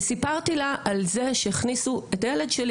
וסיפרתי לה על זה שהכניסו את הילד שלי